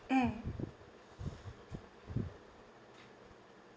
mm